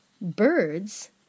Birds